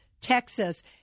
Texas